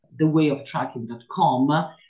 thewayoftracking.com